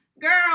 Girl